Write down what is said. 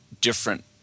different